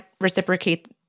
reciprocate